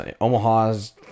Omaha's